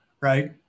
right